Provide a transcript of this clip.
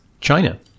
China